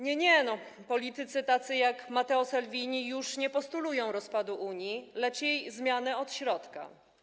Nie, politycy tacy jak Matteo Salvini już nie postulują rozpadu Unii, lecz jej zmianę od środka.